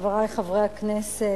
חברי חברי הכנסת,